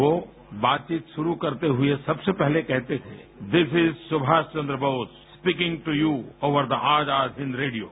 वो बातचीत शुरू करते हुए सबसे पहले कहते थे this is Subhash Chandra Bose speaking to you over the Azad Hind radio